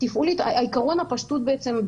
עיקרון הפשטות בעצם,